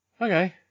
Okay